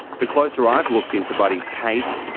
the closer i've looked into buddy's case,